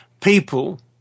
people